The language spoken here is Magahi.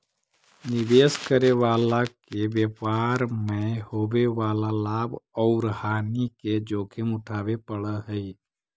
निवेश करे वाला के व्यापार मैं होवे वाला लाभ औउर हानि के जोखिम उठावे पड़ऽ हई